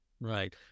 Right